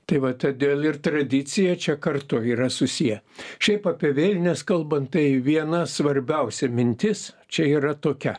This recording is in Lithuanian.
tai va todėl ir tradicija čia kartu yra susiję šiaip apie vėlines kalbant tai viena svarbiausia mintis čia yra tokia